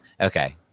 okay